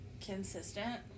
consistent